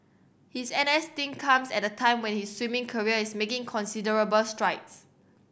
his N S stint comes at a time when his swimming career is making considerable strides